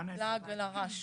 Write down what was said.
זה לעג לרש.